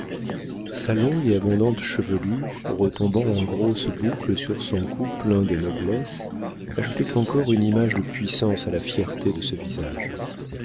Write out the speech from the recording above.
sa longue et abondante chevelure retombant en grosses boucles sur son cou plein de noblesse ajoutait encore une image de puissance à la fierté de ce visage